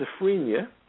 schizophrenia